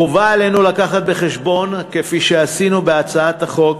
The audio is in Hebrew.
חובה עלינו להביא בחשבון, כפי שעשינו בהצעת החוק,